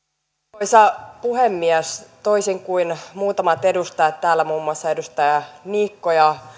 arvoisa puhemies toisin kuin muutamat edustajat täällä muun muassa edustajat niikko